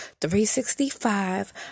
365